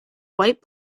white